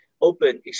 open